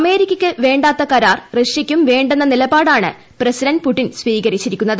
അമേരിക്കയ്ക്ക് വേ ാത്ത കരാർ റഷ്യയ്ക്കും വേ ന്ന നിലപാടാണ് പ്രസിഡന്റ് പുട്ചിൻ സ്വീകരിച്ചിരിക്കുന്നത്